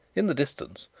in the distance,